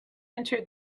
entered